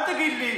אל תגיד לי